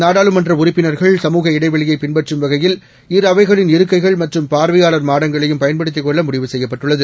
நாடாளுமன்றஉறுப்பினர்கள்சமூகஇடைவெளியைபின்பற் றும்வகையில் இருஅவைகளின்இருக்கைகள்மற்றும்பார்வையாளர்மாடங் களையும்பயன்படுத்திக்கொள்ளமுடிவுசெய்யப்பட்டுள்ளது